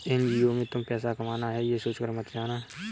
NGO में तुम पैसा कमाना है, ये सोचकर मत जाना